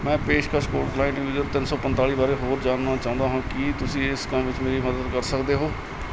ਮੈਂ ਪੇਸ਼ਕਸ਼ code client user ਤਿੰਨ ਸੌ ਪੰਤਾਲੀ ਬਾਰੇ ਹੋਰ ਜਾਣਨਾ ਚਾਹੁੰਦਾ ਹਾਂ ਕੀ ਤੁਸੀਂ ਇਸ ਕੰਮ ਵਿਚ ਮੇਰੀ ਮਦਦ ਕਰ ਸਕਦੇ ਹੋ